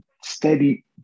steady